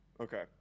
Okay